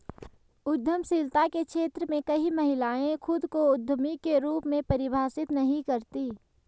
उद्यमशीलता के क्षेत्र में कई महिलाएं खुद को उद्यमी के रूप में परिभाषित नहीं करती